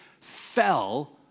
fell